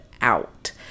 out